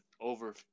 over